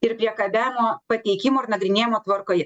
ir priekabiavimo pateikimo ir nagrinėjimo tvarkoje